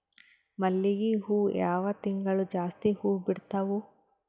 ಮಲ್ಲಿಗಿ ಹೂವು ಯಾವ ತಿಂಗಳು ಜಾಸ್ತಿ ಹೂವು ಬಿಡ್ತಾವು?